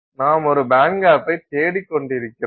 நாம் ஒரு பேண்ட்கேப்பைத் தேடிக் கொண்டிருக்கிறோம்